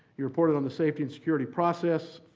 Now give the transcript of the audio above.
he reported on the safety and security process,